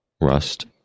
Rust